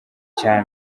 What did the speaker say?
cya